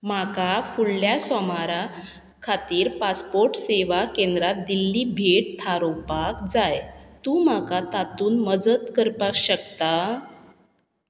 म्हाका फुडल्या सोमारा खातीर पासपोर्ट सेवा केंद्रांत दिल्ली भेट थारोवपाक जाय तूं म्हाका तातूंत मजत करपा शकता